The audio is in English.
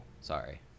Sorry